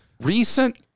recent